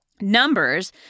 numbers